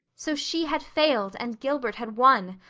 so she had failed and gilbert had won!